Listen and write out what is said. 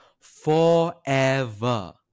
Forever